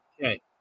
Okay